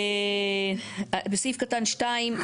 בסעיף קטן (2),